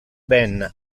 ben